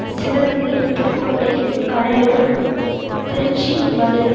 Sivaganga Pudukkottai Cuddalore Tiruchi Madurai